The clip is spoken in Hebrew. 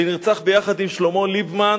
שנרצח ביחד עם שלמה ליבמן